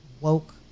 woke